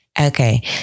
Okay